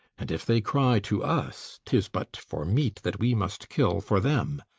and, if they cry to us, tis but for meat that we must kill for them.